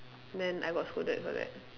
then I got scolded for that